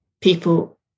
people